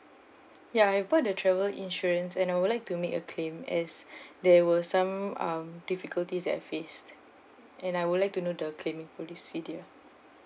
ya I bought the travel insurance and I would like to make a claim as there were some um difficulties that I faced and I would like to know the claiming procedure